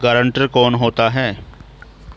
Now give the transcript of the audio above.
Guarantor कौन होता है?